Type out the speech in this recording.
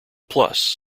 plus